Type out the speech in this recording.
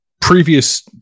previous